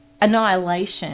annihilation